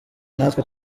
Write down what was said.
natwe